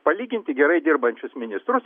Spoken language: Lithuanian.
palyginti gerai dirbančius ministrus